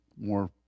more